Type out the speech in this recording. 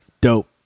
Dope